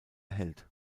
erhellt